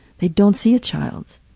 they don't see a child.